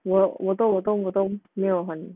我我我都我都我都没有很